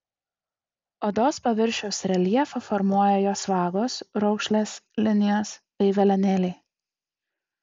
odos paviršiaus reljefą formuoja jos vagos raukšlės linijos bei velenėliai